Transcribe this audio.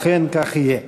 אכן כך יהיה.